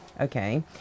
Okay